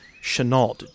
Chenault